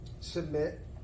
submit